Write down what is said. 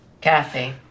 Kathy